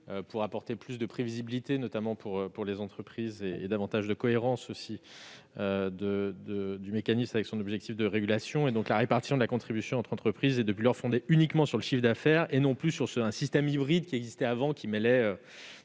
pour apporter plus de prévisibilité, notamment pour les entreprises, et davantage de cohérence entre le mécanisme et son objectif de régulation. La répartition de la contribution entre entreprises est depuis lors fondée uniquement sur le chiffre d'affaires, et non plus sur le système hybride qui existait auparavant et qui mêlait